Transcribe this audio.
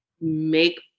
make